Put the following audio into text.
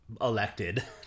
elected